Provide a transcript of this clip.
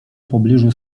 pobliżu